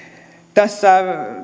tässä